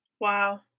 Wow